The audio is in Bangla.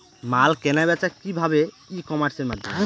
মাল কেনাবেচা কি ভাবে ই কমার্সের মাধ্যমে হয়?